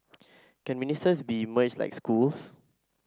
can ministers be merged like schools